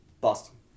Boston